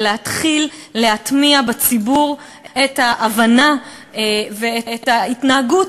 ולהתחיל להטמיע בציבור את ההבנה ואת ההתנהגות,